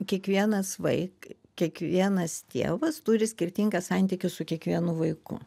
kiekvienas vaik kiekvienas tėvas turi skirtingą santykį su kiekvienu vaiku